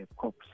cops